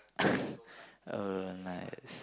uh nice